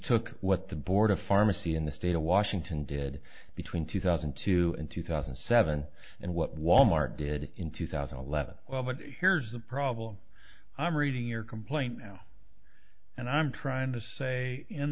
mistook what the board of pharmacy in the state of washington did between two thousand and two and two thousand and seven and what wal mart did in two thousand and eleven well but here's the problem i'm reading your complaint now and i'm trying to say in